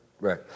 Right